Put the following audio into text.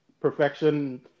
Perfection